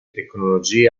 tecnologie